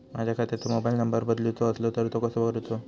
माझ्या खात्याचो mobile number बदलुचो असलो तर तो कसो करूचो?